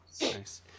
Nice